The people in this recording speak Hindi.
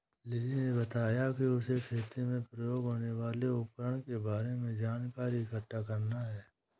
लिली ने बताया कि उसे खेती में प्रयोग होने वाले उपकरण के बारे में जानकारी इकट्ठा करना है